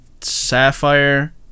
Sapphire